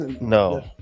No